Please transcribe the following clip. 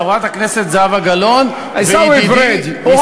חברת הכנסת זהבה גלאון וידידי עיסאווי פריג' עיסאווי פריג',